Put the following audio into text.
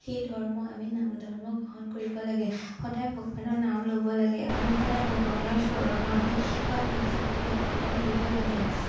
সেই ধৰ্ম আমি নাম ধৰ্ম গ্ৰহণ কৰিব লাগে সদায় ভগৱানৰ নাম ল'ব লাগে আৰু সদায় ভগৱানৰ চৰণতে নিজকে অৰ্পণ কৰিব লাগে